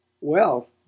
Well